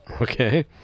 Okay